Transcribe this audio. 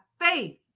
faith